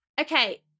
okay